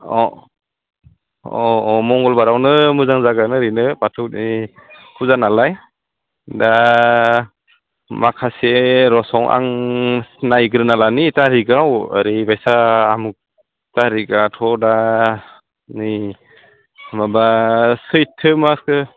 अ अ अ मंगलबारावनो मोजां जागोन ओरैनो बाथौनि फुजा नालाय दा माखासे रस' आं नायग्रोना लानि तारिगाव ओरैबायसा आं तारिगाथ' दा नै माबा चैथ माससो